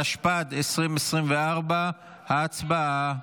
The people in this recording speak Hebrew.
התשפ"ד 2024. הצבעה.